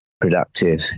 productive